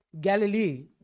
Galilee